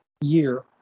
year